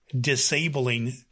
disabling